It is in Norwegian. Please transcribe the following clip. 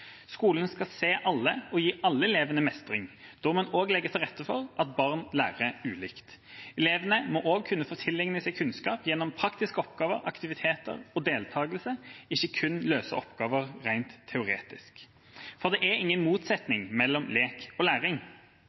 Skolen skal se alle og gi alle elevene mestring. Da må en også legge til rette for at barn lærer ulikt. Elevene må også kunne få tilegne seg kunnskap gjennom praktiske oppgaver, aktiviteter og deltakelse, ikke kun løse oppgaver rent teoretisk. Det er ingen motsetning mellom lek og læring,